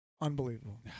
unbelievable